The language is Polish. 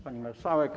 Pani Marszałek!